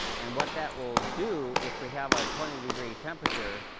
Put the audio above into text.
and what that will do, if we have a twenty degree temperature,